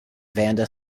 vanda